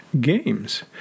Games